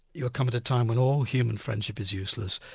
you are come at a time when all human friendship is useless.